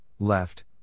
Left